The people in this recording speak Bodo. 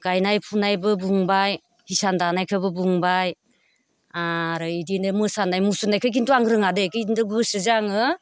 गायनाय फुनायबो बुंबाय हिसान दानायखौबो बुंबाय आरो बिदिनो मोसानाय मुसुरनायखो किन्तु आं रोङादै किन्तु गोसोजों आङो